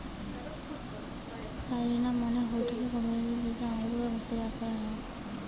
রাইসিনা মানে হৈসে কিছমিছ যেটা আঙুরকে শুকিয়ে বানানো হউক